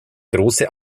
große